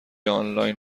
آنلاین